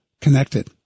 connected